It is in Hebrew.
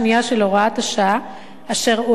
אשר הוארכה כבר פעם אחת, בשנה,